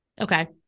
Okay